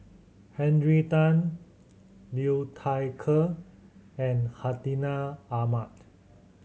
Henry Tan Liu Thai Ker and Hartinah Ahmad